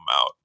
out